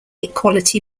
equality